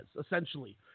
essentially